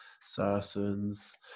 Saracens